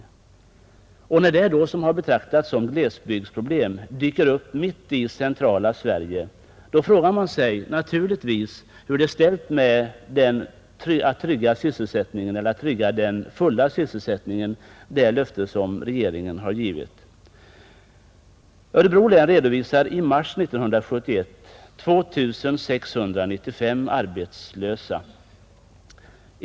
När nu det som har betraktats som 4 maj 1971 glesbygdsproblem dyker upp mitt i centrala Sverige frågar man sig ——— naturligtvis hur regeringen har lyckats uppfylla sitt löfte om full Om sysselsättningssysselsättning. främjande åtgärder Örebro län redovisar i mars 1971 2695 arbetslösa.